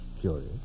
curious